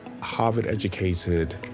Harvard-educated